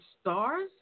stars